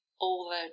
over